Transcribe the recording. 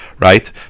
right